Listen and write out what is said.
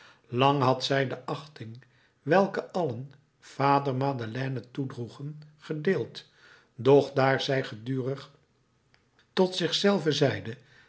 lang had zij de achting welke allen vader madeleine toedroegen gedeeld doch daar zij gedurig tot zich zelve zeide